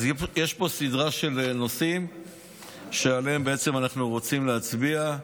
אז יש פה סדרה של נושאים שעליהם אנחנו רוצים להצביע.